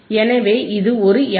எனவே இது ஒரு எஃப்